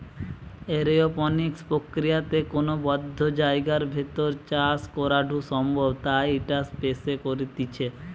aeroponics প্রক্রিয়াতে কোনো বদ্ধ জায়গার ভেতর চাষ করাঢু সম্ভব তাই ইটা স্পেস এ করতিছে